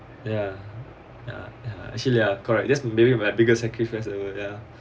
ya ya actually ya correct that's maybe my biggest sacrifice ya